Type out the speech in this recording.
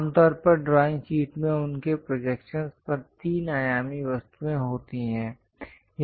आमतौर पर drawing sheet में उनके प्रोजेक्शंस पर तीन आयामी वस्तुएं होती हैं